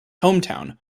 hometown